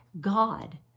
God